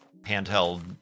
...handheld